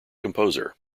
composer